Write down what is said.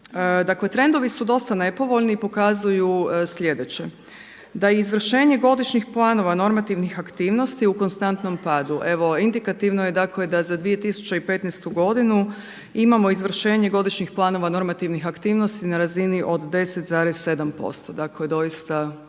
trendovi su dosta nepovoljni i pokazuju sljedeće. Da je izvršenje godišnjih planova normativnih aktivnosti u konstantnom padu. Evo indikativno je dakle da za 2015. godinu imamo izvršenje godišnjih planova normativnih aktivnosti na razini od 10,7%, dakle doista